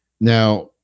Now